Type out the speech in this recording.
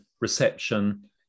reception